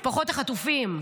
משפחות החטופים,